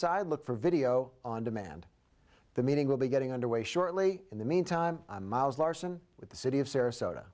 side look for video on demand the meeting will be getting underway shortly in the mean time miles larson with the city of sarasota